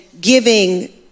giving